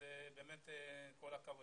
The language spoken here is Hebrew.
אז באמת כל הכבוד.